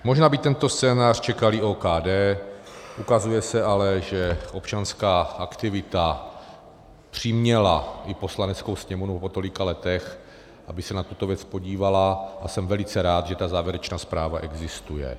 Možná by tento scénář čekal i OKD, ukazuje se ale, že občanská aktivita přiměla i Poslaneckou sněmovnu po tolika letech, aby se na tuto věc podívala, a jsem velice rád, že ta závěrečná zpráva existuje.